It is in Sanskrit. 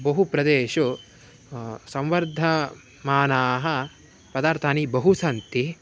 बहुषु प्रदेशेषु संवर्धमानानि पदार्थानि बहूनि सन्ति